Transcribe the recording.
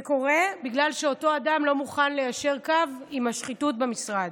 זה קורה בגלל שאותו אדם לא מוכן ליישר קו עם השחיתות במשרד.